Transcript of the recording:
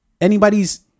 anybody's